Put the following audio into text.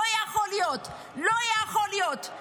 לא יכול להיות, לא יכול להיות.